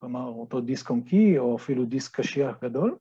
‫כלומר, אותו דיסק אונקי, ‫או אפילו דיסק קשיח גדול.